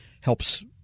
helps